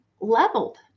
leveled